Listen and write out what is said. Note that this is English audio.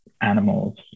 animals